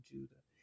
Judah